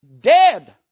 dead